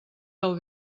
del